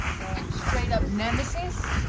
straight-up nemesis?